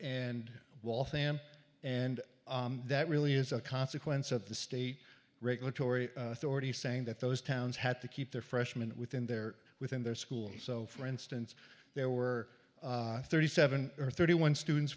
and waltham and that really is a consequence of the state regulatory authority saying that those towns had to keep their freshman within their within their school so for instance there were thirty seven or thirty one students